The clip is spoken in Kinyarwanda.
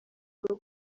bwo